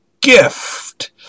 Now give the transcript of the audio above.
gift